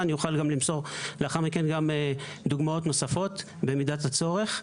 אוכל למסור לאחר מכן גם דוגמאות נוספות במידת הצורך.